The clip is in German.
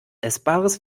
essbares